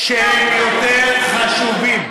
אתה מפתיע אותי היום.